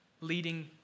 leading